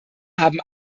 haben